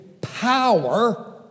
power